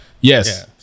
yes